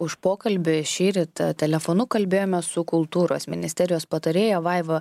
už pokalbį šįryt telefonu kalbėjome su kultūros ministerijos patarėja vaiva